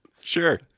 Sure